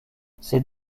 ces